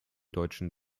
deutschen